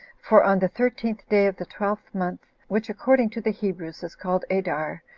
for on the thirteenth day of the twelfth month, which according to the hebrews is called adar,